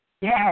Yes